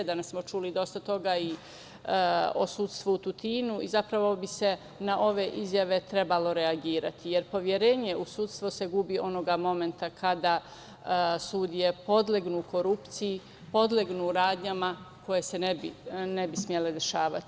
Danas smo čuli dosta toga o sudstvu u Tutinu i zapravo bi se na ove izjave trebalo reagovati, jer poverenje u sudstvo se gubi onog momenta kada sudije podlegnu korupciji, podlegnu radnjama koje se ne bi smele dešavati.